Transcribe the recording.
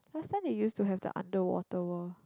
last time they used to have the Underwater World